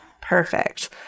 Perfect